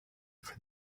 for